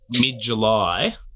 mid-July